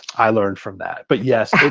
i learned from that! but yes,